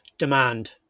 demand